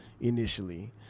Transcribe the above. initially